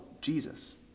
Jesus